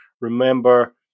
remember